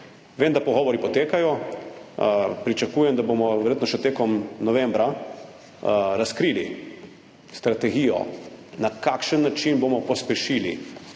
Vem, da pogovori potekajo. Pričakujem, da bomo verjetno še tekom novembra razkrili strategijo, na kakšen način bomo pospešili